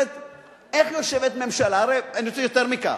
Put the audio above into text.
איך יושבת ממשלה, הרי אני רוצה יותר מכך.